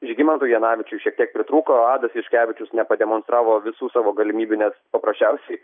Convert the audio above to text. žygimantui janavičiui šiek tiek pritrūko adas juškevičius nepademonstravo visų savo galimybių nes paprasčiausiai